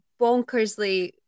bonkersly